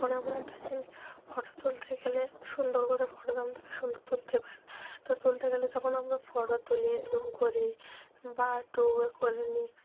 photo এমন একটা জিনিস ফটো তুলতে গেলে সুন্দর করে ফটোটা তো সুন্দর তুলতে হবে তো তুলতে গেলে যখন আমরা ফটো তুলি জুম করি বা একটু ইয়ে করে নিই